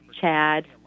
CHAD